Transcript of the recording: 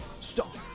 Stop